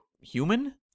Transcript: human